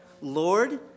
Lord